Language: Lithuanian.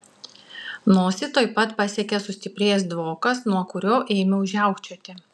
nosį tuoj pat pasiekė sustiprėjęs dvokas nuo kurio ėmiau žiaukčioti